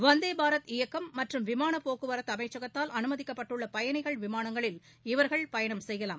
வந்தே பாரத் இயக்கம் மற்றும் விமான போக்குவரத்து அமைச்சகத்தால் அனுமதிக்கப்பட்டுள்ள பயணிகள் விமானங்களில் இவர்கள் பயணம் செய்யலாம்